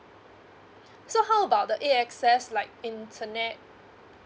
so how about the A_X_S like internet